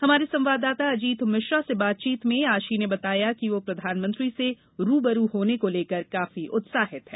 हमारे संवाददाता अजीत मिश्रा से बातचीत में आशी ने बताया कि वो प्रधानमंत्री से रूबरू होने को लेकर काफी उत्साहित है